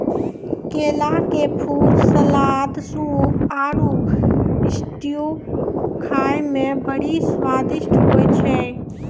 केला के फूल, सलाद, सूप आरु स्ट्यू खाए मे बड़ी स्वादिष्ट होय छै